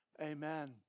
amen